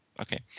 Okay